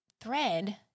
thread